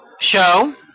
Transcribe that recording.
show